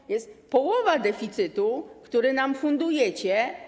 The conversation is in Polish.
To jest połowa deficytu, który nam fundujecie.